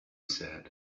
said